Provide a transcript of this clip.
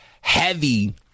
heavy